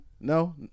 No